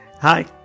hi